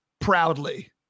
proudly